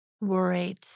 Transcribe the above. worried